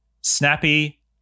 snappy